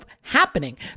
happening